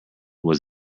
was